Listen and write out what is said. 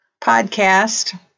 podcast